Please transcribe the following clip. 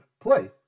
play